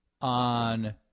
on